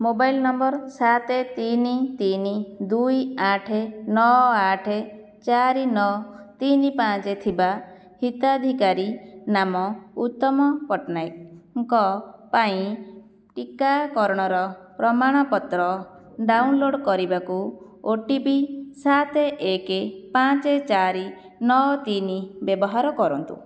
mobile number ସାତ ତିନି ତିନି ଦୁଇ ଆଠ ନଅ ଆଠ ଚାରି ନଅ ତିନି ପାଞ୍ଚ ଥିବା ହିତାଧିକାରୀ ନାମ ଉତ୍ତମ ପଟ୍ଟନାୟକଙ୍କ ପାଇଁ ଟିକାକରଣର ପ୍ରମାଣପତ୍ର ଡାଉନଲୋଡ଼ କରିବାକୁ ଓ ଟି ପି ସାତ ଏକ ପାଞ୍ଚ ଚାରି ନଅ ତିନି ବ୍ୟବହାର କରନ୍ତୁ